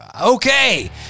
Okay